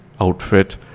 outfit